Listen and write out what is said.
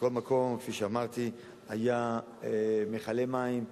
מכל מקום, כפי שאמרתי, היו מכלי מים,